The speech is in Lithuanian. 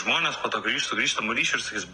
žmonės po to grįš su grįžtamuoju ryšiu ir sakys